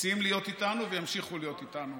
רוצים להיות איתנו וימשיכו להיות איתנו,